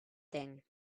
thing